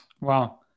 Wow